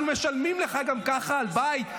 אנחנו משלמים לך גם ככה על בית,